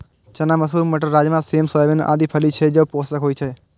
चना, मसूर, मटर, राजमा, सेम, सोयाबीन आदि फली छियै, जे पोषक होइ छै